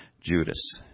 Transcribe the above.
Judas